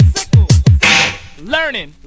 Learning